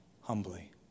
humbly